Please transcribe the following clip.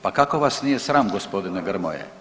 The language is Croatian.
Pa kako vas nije sram gospodine Grmoja?